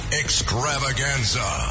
extravaganza